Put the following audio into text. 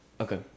Okay